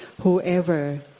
whoever